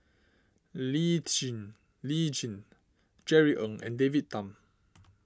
Lee Lee Tjin Jerry Ng and David Tham